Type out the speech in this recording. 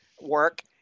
work